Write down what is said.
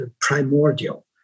primordial